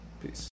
Peace